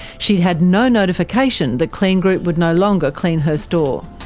she'd had no notification that kleen group would no longer clean her store.